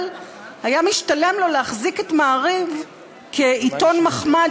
אבל היה משתלם לו להחזיק את "מעריב" כעיתון מחמד,